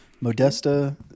Modesta